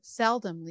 seldomly